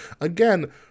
Again